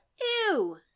Ew